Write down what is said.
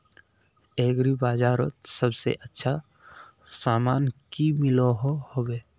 Agri बजारोत सबसे अच्छा सामान की मिलोहो होबे?